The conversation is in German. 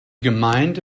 gemeinde